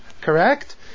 Correct